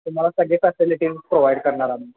तुमाला सगळे facilities provide करणार आम्ही